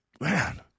Man